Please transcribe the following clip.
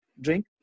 drink